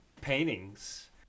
paintings